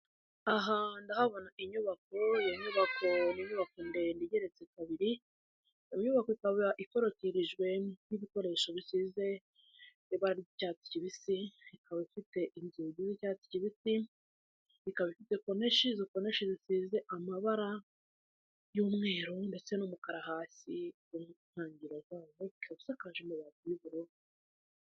Aha ndahabona inyubako iyo nyubako ni inyubako ndende igeretse kabiri, iyo nyubako ikaba ikorotirjwe n'ibikoresho bisize ibara ry'icyatsi kibisi, ikaba ifite inzugi z'icyatsi kibisi, ikaba ifite konoshi, izo konoshi zisize amabara y'umweru ndetse n'umukara hasi ku ntangiro zayo ikaba isakaje amabati y'ubururu.